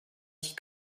ich